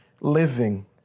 living